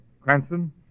Cranston